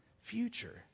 future